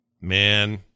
man